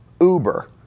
uber